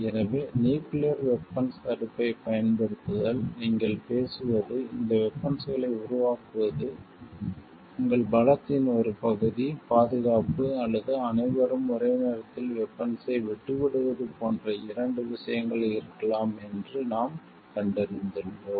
எனவே nuclear weapons தடுப்பைப் பயன்படுத்துதல் நீங்கள் பேசுவது இந்த வெபன்ஸ்களை உருவாக்குவது உங்கள் பலத்தின் ஒரு பகுதி பாதுகாப்பு அல்லது அனைவரும் ஒரே நேரத்தில் வெபன்ஸ்ஸை விட்டுவிடுவது போன்ற இரண்டு விஷயங்கள் இருக்கலாம் என்று நாம் கண்டறிந்துள்ளோம்